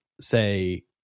say